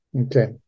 Okay